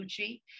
Gucci